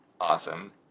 Awesome